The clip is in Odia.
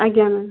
ଆଜ୍ଞା